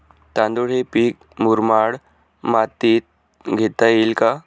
तांदूळ हे पीक मुरमाड मातीत घेता येईल का?